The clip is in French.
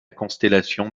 constellation